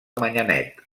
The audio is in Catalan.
manyanet